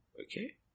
okay